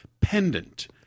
pendant